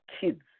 kids